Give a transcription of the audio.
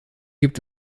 gibt